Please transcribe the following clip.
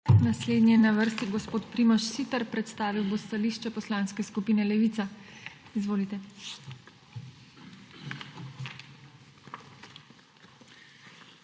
Naslednji je na vrsti gospod Primož Siter, predstavil bo stališče Poslanske skupine Levica. Izvolite.